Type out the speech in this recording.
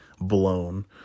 blown